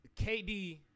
KD